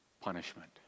punishment